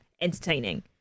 entertaining